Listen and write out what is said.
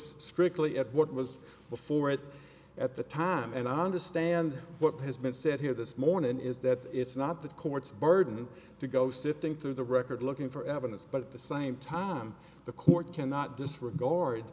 strictly at what was before it at the time and i understand what has been said here this morning is that it's not the court's burden to go sifting through the record looking for evidence but the same time the court cannot